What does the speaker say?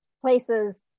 places